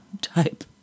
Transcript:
type